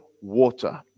water